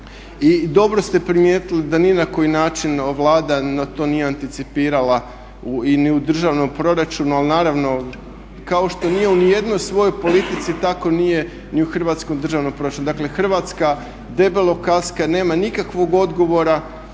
I dobro ste primijetili da ni na koji način Vlada na to nije anticipirala ni u državnom proračunu, ali naravno kao što nije u nijednoj svojoj politici tako nije ni u Hrvatskom državnom proračunu. Dakle, Hrvatska debelo kaska, nema nikakvog odgovora